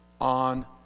on